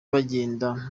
bagenda